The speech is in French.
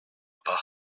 pas